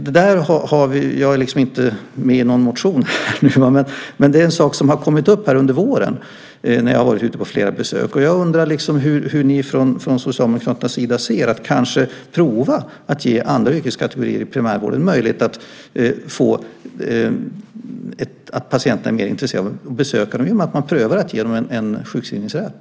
Detta har jag inte tagit upp i någon motion, men det har kommit upp under våren när jag varit ute på olika besök. Jag undrar hur ni från Socialdemokraternas sida ser på möjligheten att på prov ge andra yrkeskategorier i primärvården sjukskrivningsrätt.